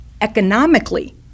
economically